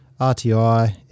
RTI